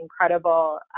incredible